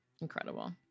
Incredible